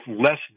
less